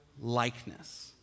likeness